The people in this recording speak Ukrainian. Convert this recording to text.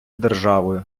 державою